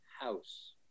house